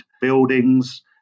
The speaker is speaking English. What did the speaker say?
buildings